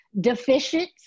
deficient